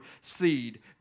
seed